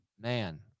Man